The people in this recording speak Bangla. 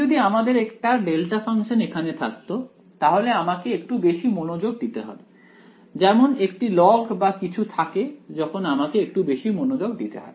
এখন যদি আমাদের একটা ডেল্টা ফাংশন এখানে থাকতো তাহলে আমাকে একটু বেশি মনোযোগ দিতে হবে যেমন একটি log বা কিছু থাকে যখন আমাকে একটু বেশি মনোযোগ দিতে হয়